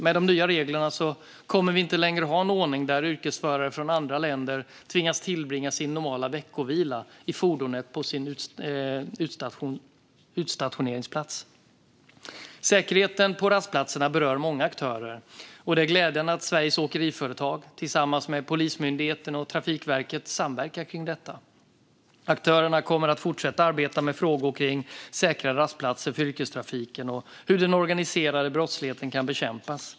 Med de nya reglerna kommer vi inte längre att ha en ordning där yrkesförare från andra länder tvingas tillbringa sin normala veckovila i fordonet på sin utstationeringsplats. Säkerheten på rastplatserna berör många aktörer, och det är glädjande att Sveriges Åkeriföretag tillsammans med Polismyndigheten och Trafikverket samverkar kring detta. Aktörerna kommer att fortsätta arbeta med frågor kring säkra rastplatser för yrkestrafiken och hur den organiserade brottsligheten kan bekämpas.